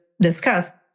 discussed